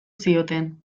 zioten